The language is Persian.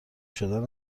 شدن